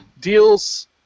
deals